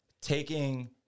taking